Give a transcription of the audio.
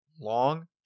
long